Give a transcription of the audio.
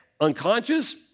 Unconscious